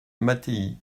mattei